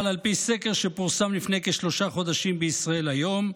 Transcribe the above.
אבל על פי סקר שפורסם לפני כשלושה חודשים בישראל היום,